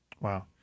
Wow